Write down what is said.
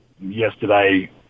yesterday